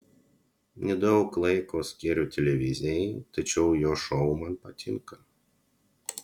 nedaug laiko skiriu televizijai tačiau jo šou man patinka